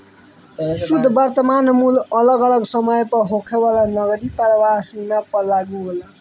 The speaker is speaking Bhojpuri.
शुद्ध वर्तमान मूल्य अगल अलग समय पअ होखे वाला नगदी प्रवाह सीमा पअ लागू होला